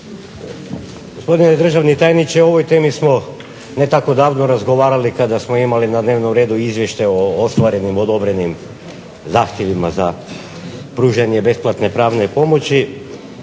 Gospodine državni tajniče o ovoj temi smo ne tako davno razgovarali kada smo imali na dnevnom redu Izvještaj o ostvarenim odobrenim zahtjevima za pružanje besplatne pravne pomoći